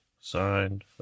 signed